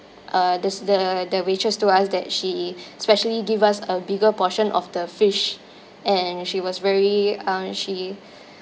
uh this the the waitress told us that she specially give us a bigger portion of the fish and she was very uh she